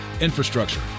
Infrastructure